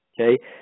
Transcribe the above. okay